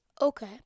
Okay